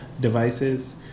devices